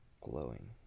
Glowing